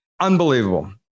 Unbelievable